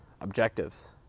objectives